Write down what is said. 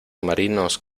marinos